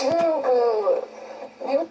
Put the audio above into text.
you know you